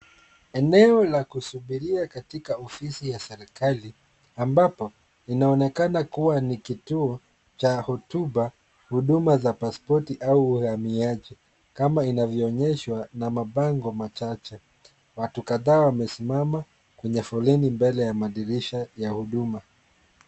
Eneo la kusubiria katika ofisi ya serekali, ambapo inaonekana kuwa ni kituo cha hotuba, huduma za pasipoti au uhamiaji kama inavyoonyeshwa na mabango machache. Watu kadhaa wamesimama kwenye foleni mbele ya madirisha ya huduma.